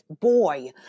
boy